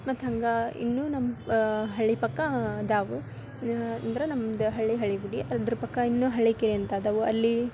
ಮತ್ತು ಹಂಗೆ ಇನ್ನೂ ನಮ್ಮ ಹಳ್ಳಿ ಪಕ್ಕ ದಾವು ಅಂದ್ರೆ ನಮ್ಮದು ಹಳ್ಳಿ ಹಳ್ಳಿ ಗುಡಿ ಅದ್ರ ಪಕ್ಕ ಇನ್ನು ಹಳ್ಳಿಕೆರೆ ಅಂತ ಅದಾವು ಅಲ್ಲಿ